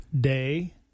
day